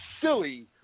silly